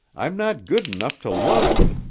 i'm not good enough to love it.